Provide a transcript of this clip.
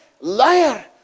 liar